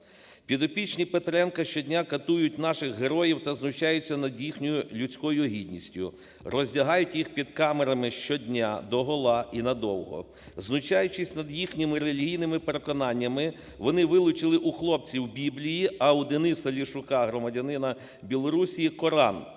Підопічні Петренка щодня катують наших героїв та знущаються над їхньою людською гідністю, роздягають їх під камерами щодня догола і надовго. Знущаючись над їхніми релігійними переконанням, вони вилучили у хлопців Біблії, а у ДенисаЛяшука – громадянина Білорусі – Коран,